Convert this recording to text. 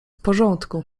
porządku